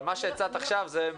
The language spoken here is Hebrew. אבל מה שהצעת עכשיו זה אקסטרה הפרטה.